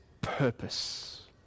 purpose